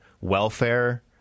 welfare